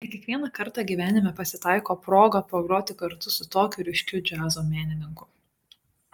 ne kiekvieną kartą gyvenime pasitaiko proga pagroti kartu su tokiu ryškiu džiazo menininku